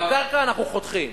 בקרקע אנחנו חותכים.